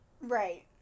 Right